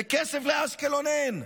וכסף לאשקלון אין?